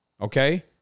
Okay